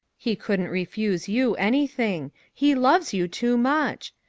he couldn't refuse you anything. he loves you too much.